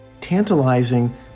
tantalizing